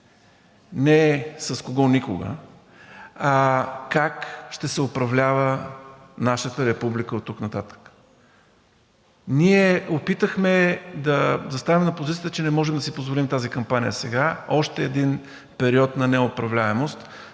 не с кого никога, а как ще се управлява нашата република оттук нататък. Ние опитахме да застанем на позицията, че не можем да си позволим тази кампания сега, още един период на неуправляемост,